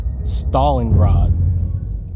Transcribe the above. Stalingrad